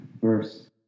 verse